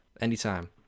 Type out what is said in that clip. Anytime